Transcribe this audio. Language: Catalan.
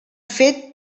fet